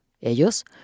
Ellos